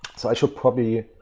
so i should probably